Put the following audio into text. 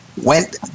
Went